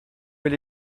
elle